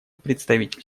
представитель